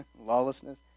Lawlessness